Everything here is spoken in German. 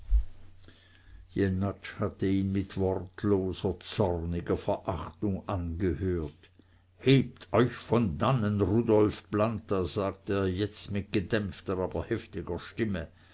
hatte ihn mit wortloser zorniger verachtung angehört hebet euch von dannen rudolf planta sagte er jetzt mit gedämpfter aber heftiger stimme